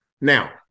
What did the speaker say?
Now